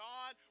God